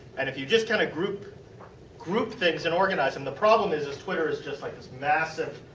and if you just kind of group group things and organize them. the problem is is twitter is just like this massive,